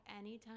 anytime